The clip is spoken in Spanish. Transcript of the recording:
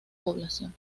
población